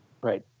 Right